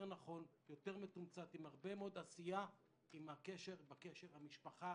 יותר נכון ומתומצת עם הרבה מאד עשייה בקשר המשפחה,